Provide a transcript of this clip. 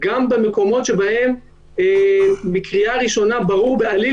גם במקומות שבהם מקריאה ראשונה ברור בעליל